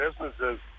businesses